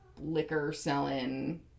liquor-selling